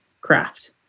craft